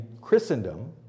Christendom